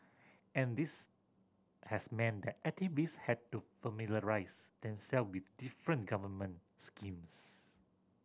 and this has meant that activist had to familiarise themselves with different government schemes